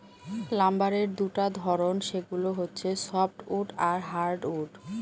লাম্বারের দুটা ধরন, সেগুলো হচ্ছে সফ্টউড আর হার্ডউড